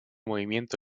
movimiento